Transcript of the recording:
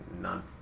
none